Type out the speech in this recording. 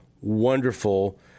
Wonderful